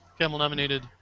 camel-nominated